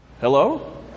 Hello